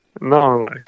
No